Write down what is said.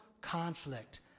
conflict